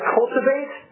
cultivate